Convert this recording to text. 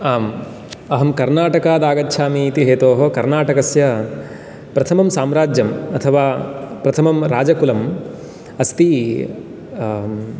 आम् अहं कर्णाटकादागच्छामि इति हेतोः कर्णाटकस्य प्रथमं साम्राज्यम् अथवा प्रथमं राजकुलम् अस्ति